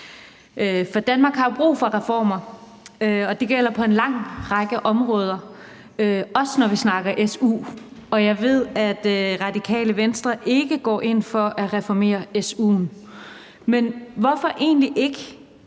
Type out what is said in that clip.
For Danmark har jo brug for reformer, og det gælder på en lang række områder, også når vi snakker om su. Jeg ved, at Radikale Venstre ikke går ind for at reformere su'en, men hvorfor egentlig ikke?